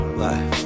life